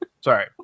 Sorry